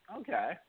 Okay